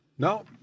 No